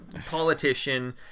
politician